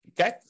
okay